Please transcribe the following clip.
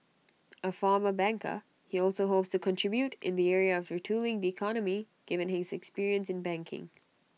A former banker he also hopes to contribute in the area of retooling the economy given his experience in banking